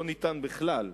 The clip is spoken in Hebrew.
לא ניתן בכלל,